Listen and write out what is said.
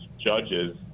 judges